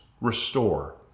Restore